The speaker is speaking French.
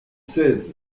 seize